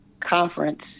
conference